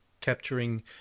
capturing